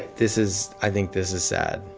this is i think this is sad